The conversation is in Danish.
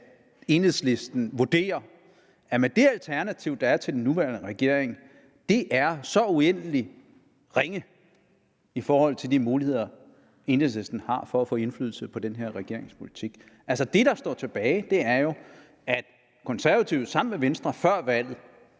Enhedslisten vurderer, at det alternativ, der er til den nuværende regering, er så uendeligt ringe i forhold til de muligheder, Enhedslisten har for at få indflydelse på den her regerings politik. Altså, det, der er står tilbage, er jo, at De Konservative sammen med Venstre før valget